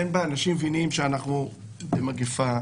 אנשים מבינים שאנחנו במגיפה,